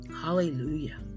hallelujah